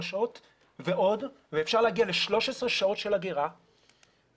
שעות ועוד ואפשר להגיע ל-13 שעות של אגירה ו-פי.וי.